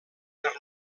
per